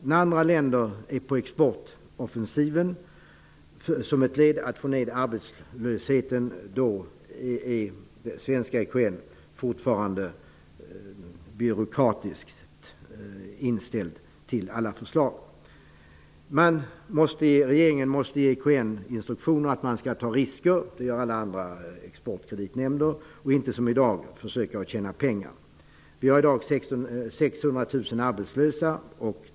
När andra länder är på exportoffensiven som ett led i ansträngningarna att få ner arbetslösheten har svenska EKN fortfarande en byråkratisk inställning i fråga om alla förslag. Regeringen måste ge EKN instruktioner om att man skall ta risker, för det gör alla andra exportkreditnämnder, i stället för att -- som i dag är fallet -- försöka tjäna pengar. Vi har i dag 600 000 arbetslösa.